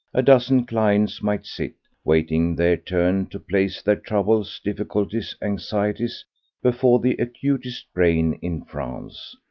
a dozen clients might sit, waiting their turn to place their troubles, difficulties, anxieties before the acutest brain in france,